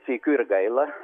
sykiu ir gaila